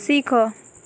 ଶିଖ